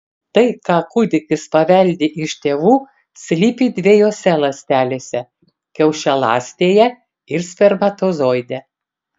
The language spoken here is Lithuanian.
tai ką kūdikis paveldi iš tėvų slypi dviejose ląstelėse kiaušialąstėje ir spermatozoide